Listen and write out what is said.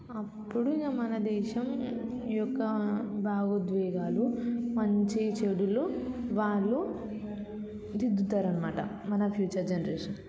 అప్పుడు ఇంక మన దేశం యొక్క భావోద్వేగాలు మంచి చెడులు వాళ్ళు దిద్దుతారు అన్నమాట మన ఫ్యూచర్ జనరేషన్